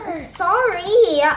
sorry, yeah